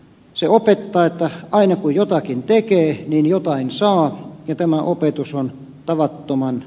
se opettaa että aina kun jotakin tekee niin jotain saa ja tämä opetus on tavattoman